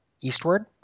eastward